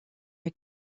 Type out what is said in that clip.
mit